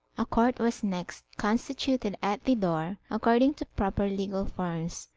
a court was next constituted at the door, according to proper legal forms,